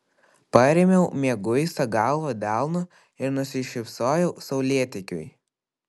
parėmiau mieguistą galvą delnu ir nusišypsojau saulėtekiui